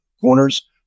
corners